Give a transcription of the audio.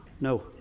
No